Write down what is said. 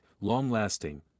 long-lasting